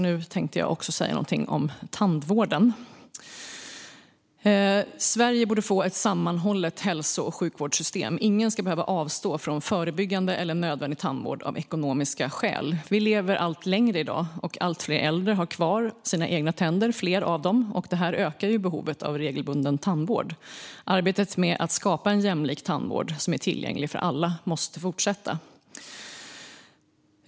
Nu tänkte jag säga någonting om tandvården. Sverige borde få ett sammanhållet hälso och sjukvårdssystem. Ingen ska behöva avstå från förebyggande eller nödvändig tandvård av ekonomiska skäl. Vi lever i dag allt längre, och allt fler äldre har kvar fler av sina egna tänder. Detta ökar behovet av regelbunden tandvård. Arbetet med att skapa en jämlik tandvård som är tillgänglig för alla måste fortsätta.